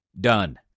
Done